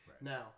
now